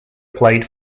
played